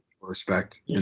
respect